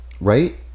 Right